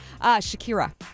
Shakira